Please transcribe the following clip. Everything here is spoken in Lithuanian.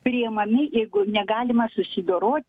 priimami jeigu negalima susidorot